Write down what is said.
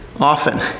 often